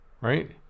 right